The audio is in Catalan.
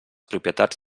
propietats